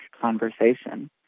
conversation